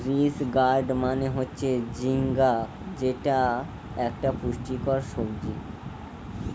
ridge gourd মানে হচ্ছে ঝিঙ্গা যেটা একটা পুষ্টিকর সবজি